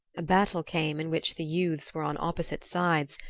a battle came in which the youths were on opposite sides,